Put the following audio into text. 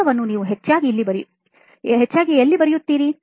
ಎಲ್ಲವನ್ನು ನೀವು ಹೆಚ್ಚಾಗಿ ಎಲ್ಲಿ ಬರೆಯುತ್ತೀರಿ